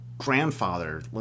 grandfather